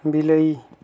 ବିଲେଇ